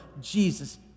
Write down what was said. Jesus